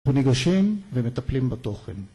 וניגשים ומטפלים בתוכן